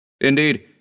Indeed